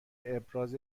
ابراز